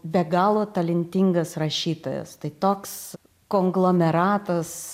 be galo talentingas rašytojas tai toks konglomeratas